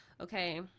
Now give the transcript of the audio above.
okay